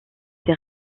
des